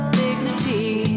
dignity